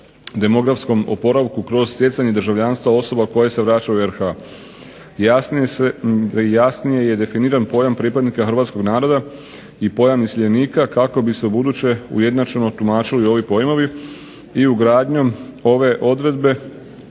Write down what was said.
demografskom oporavku kroz stjecanje državljanstva osoba koje se vraćaju u RH. Jasnije je definiran pojam pripadnika hrvatskog naroda i pojam iseljenika kako bi se ubuduće ujednačeno tumačili ovi pojmovi. I ugradnjom ove odredbe,